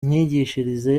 myigishirize